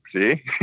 see